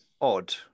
odd